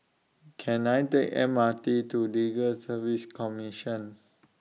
Can I Take M R T to Legal Service Commission